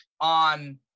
on